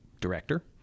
director